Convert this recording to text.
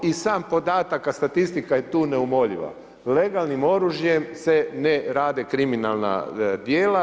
I sam podatak a statistika je tu neumoljiva, legalnim oružjem se ne rade kriminalna djela.